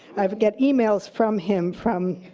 i would get emails from him from,